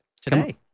today